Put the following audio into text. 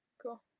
cool